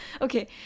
okay